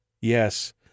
Yes